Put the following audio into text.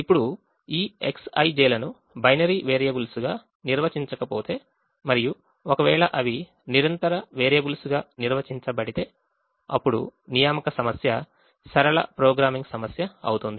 ఇప్పుడు ఈ Xij లను బైనరీ వేరియబుల్స్గా నిర్వచించకపోతే మరియు ఒకవేళ అవి కంటిన్యువస్ వేరియబుల్స్గా నిర్వచించబడితే అప్పుడు అసైన్మెంట్ ప్రాబ్లెమ్ లీనియర్ ప్రోగ్రామింగ్ సమస్య అవుతుంది